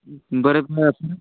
बरं